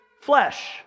flesh